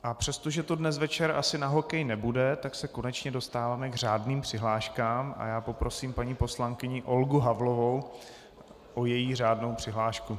A přestože to dnes večer asi na hokej nebude, tak se konečně dostáváme k řádným přihláškám a já poprosím paní poslankyni Olgu Havlovou o její řádnou přihlášku.